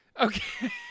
Okay